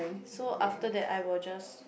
so after that I will just